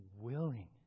willing